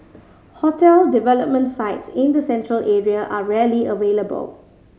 hotel development sites in the Central Area are rarely available